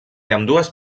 ambdues